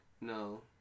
No